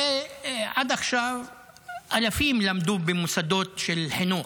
הרי עד עכשיו אלפים למדו במוסדות לחינוך,